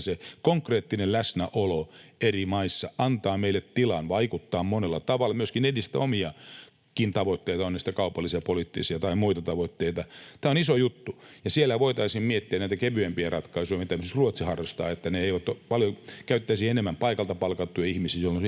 se konkreettinen läsnäolo eri maissa antaa meille tilan vaikuttaa monella tavalla, myöskin edistää omiakin tavoitteita, ovat ne sitten kaupallisia, poliittisia tai muita tavoitteita. Tämä on iso juttu. Ja siellä voitaisiin miettiä näitä kevyempiä ratkaisuja, mitä esimerkiksi Ruotsi harrastaa, että käyttäisi enemmän paikalta palkattuja ihmisiä, jolloin